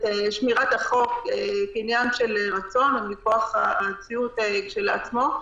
שמירת החוק כעניין של רצון ומכוח המציאות כשלעצמה,